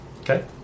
Okay